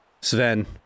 Sven